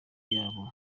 yabo